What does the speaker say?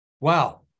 Wow